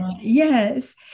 yes